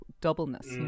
doubleness